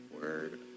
word